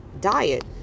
diet